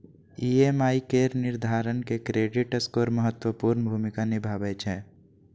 EMI केर निर्धारण मे क्रेडिट स्कोर महत्वपूर्ण भूमिका निभाबै छै